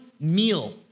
meal